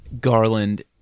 Garland